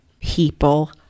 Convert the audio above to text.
people